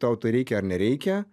tau to reikia ar nereikia